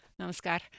Namaskar